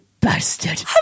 bastard